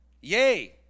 Yay